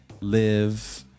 live